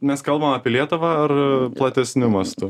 mes kalbam apie lietuvą ar platesniu mastu